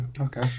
okay